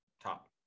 top